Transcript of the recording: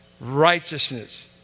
righteousness